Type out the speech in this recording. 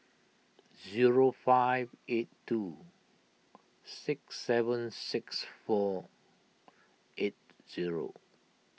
zero five eight two six seven six four eight zero